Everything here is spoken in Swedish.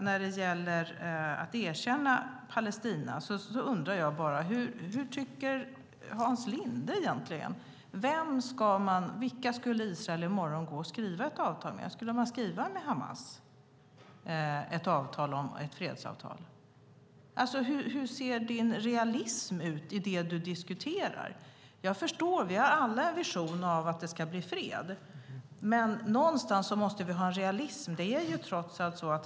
När det gäller erkännandet av Palestina undrar jag vad Hans Linde egentligen tycker. Vilka skulle Israel i morgon skriva avtal med? Skulle de skriva fredsavtal med Hamas? Hur ser din realism ut i det du diskuterar? Vi har alla en vision om fred, men någonstans måste vi ha en realism.